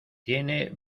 tiene